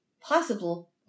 Possible